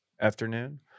afternoon